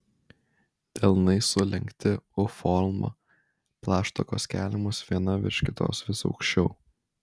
delnai sulenkti u forma plaštakos keliamos viena virš kitos vis aukščiau